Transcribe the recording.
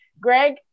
Greg